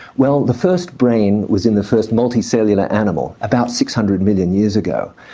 well the first brain was in the first multi cellular animal, about six hundred million years ago.